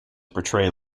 portray